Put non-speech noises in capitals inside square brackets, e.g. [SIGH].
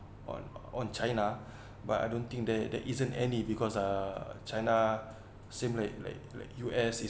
on on china [BREATH] but I don't think there there isn't any because uh china same like like like U_S is